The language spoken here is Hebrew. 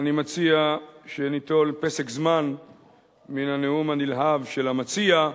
אני מציע שניטול פסק זמן מן הנאום הנלהב של המציע,